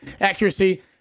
accuracy